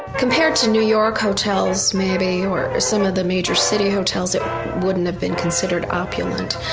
compared to new york hotels maybe or some other major city hotels, it wouldn't have been considered opulent.